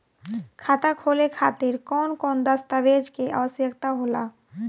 खाता खोले खातिर कौन कौन दस्तावेज के आवश्यक होला?